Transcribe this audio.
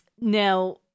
Now